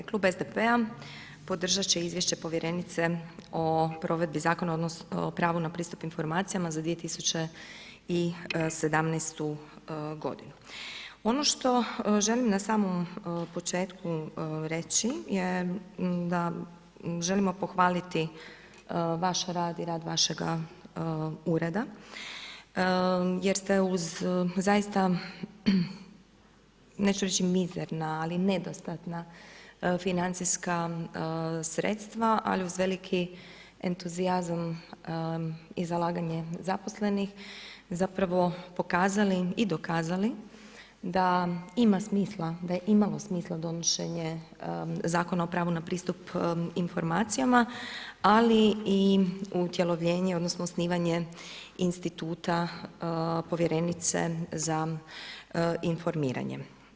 Klub SDP-a podržati će izvješće povjerenice o provedbi zakona odnosno, pravu na pristup informacija za 2017. g. Ono što želim na samom početku reći je da želimo pohvaliti vaš rad i rad vašega ureda, jer ste uz zaista neću reći mizerna, ali nedostatan financijska sredstva, li uz veliki entuzijazam i zalaganje nezaposlenih, zapravo pokazali i dokazali da ima smisla da je imalo smisla donošenje Zakon o pravu na pristup informacijama, ali i sudjelovanja, odnosno, osnivanje instituta povjerenice za informiranje.